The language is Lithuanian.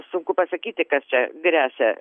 sunku pasakyti kas čia gresia